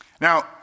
Now